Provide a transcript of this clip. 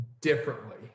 differently